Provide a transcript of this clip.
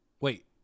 Wait